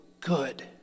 good